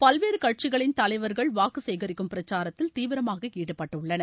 பல்வேறு கட்சிகளின் தலைவர்கள் வாக்கு சேகரிக்கும் பிரசாரத்தில் தீவிரமாக ஈடுபட்டுள்ளனர்